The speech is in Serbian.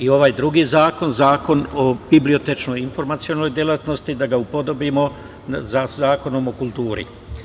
Ovaj drugi zakon, Zakon o bibliotečnoj informacionoj delatnosti da ga upodobimo sa Zakonom o kulturi.